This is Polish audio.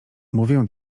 mówię